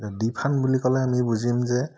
defund বুলি ক'লে আমি বুজিম যে